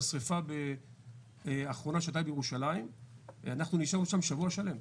בשריפה האחרונה שהייתה בירושלים נשארנו שם שבוע שלם.